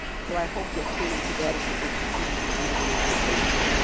so i hope you'll tune into that if you're interested in submitting an application.